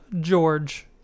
George